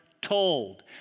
told